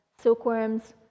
silkworms